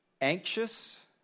anxious